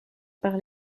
par